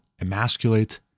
emasculate